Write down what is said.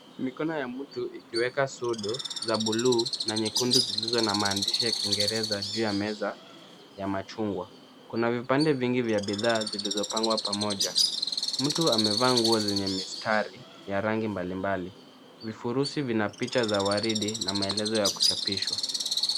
Mikono ya mtu ikiweka sodo za bluu na nyekundu zilizo na maandishi ya kingereza juu ya meza ya machungwa. Kuna bidhaa nyingi zilizo pangwa pamoja. Mtu amevaa nguo za mistari ya rangi mbalimbali. Vifurusi vina rangi ya waridi na picha za kuchapishwa.